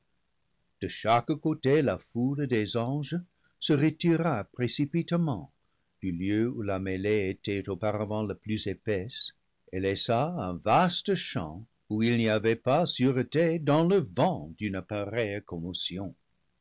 de chaque côté la foule des anges se relira précipitamment du lieu où la mêlée était aupa ravant la plus épaisse et laissa un vaste champ où il n'y avait pas sûreté dans le vent d'une pareille commotion